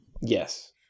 Yes